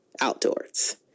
outdoors